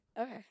Okay